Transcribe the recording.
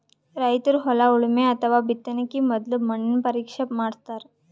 ರೈತರ್ ಹೊಲ ಉಳಮೆ ಅಥವಾ ಬಿತ್ತಕಿನ ಮೊದ್ಲ ಮಣ್ಣಿನ ಪರೀಕ್ಷೆ ಮಾಡಸ್ತಾರ್